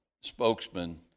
spokesman